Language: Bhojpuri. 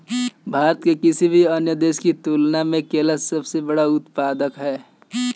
भारत किसी भी अन्य देश की तुलना में केला के सबसे बड़ा उत्पादक ह